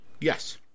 Yes